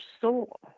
soul